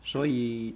所以